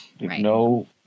No